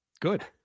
Good